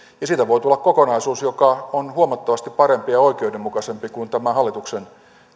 siitä voi tulla kokonaisuus joka on huomattavasti parempi ja oikeudenmukaisempi kuin tämä hallituksen